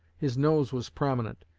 his nose was prominent,